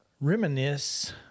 reminisce